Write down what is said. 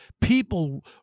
people